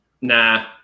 Nah